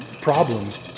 problems